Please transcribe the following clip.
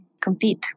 compete